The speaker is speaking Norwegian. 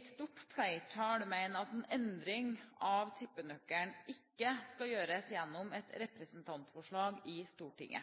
Et stort flertall mener at en endring av tippenøkkelen ikke skal gjøres gjennom et